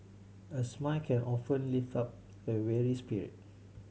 a smile can often lift up a weary spirit